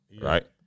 Right